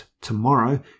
tomorrow